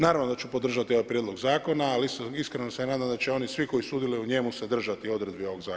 Naravno da ću podržati ovaj prijedlog zakona, ali iskreno se nadam da će oni svi koji sudjeluju u njemu se držati odredbi ovoga zakona.